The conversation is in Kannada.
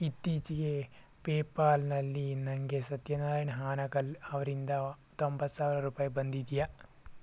ಇತ್ತೀಚೆಗೆ ಪೇ ಪಾಲ್ನಲ್ಲಿ ನನಗೆ ಸತ್ಯನಾರಾಯಣ ಹಾನಗಲ್ ಅವರಿಂದ ತೊಂಬತ್ತು ಸಾವಿರ ರೂಪಾಯಿ ಬಂದಿದೆಯಾ